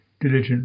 diligent